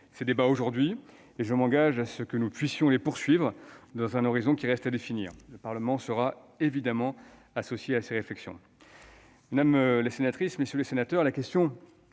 ces débats aujourd'hui et je m'engage à ce que nous puissions les poursuivre dans un horizon qui reste à définir. Le Parlement sera évidemment associé à ces réflexions. Mesdames, messieurs les sénateurs, cette question